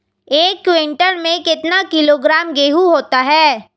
एक क्विंटल में कितना किलोग्राम गेहूँ होता है?